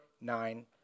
nine